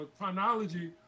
chronology